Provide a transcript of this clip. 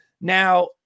now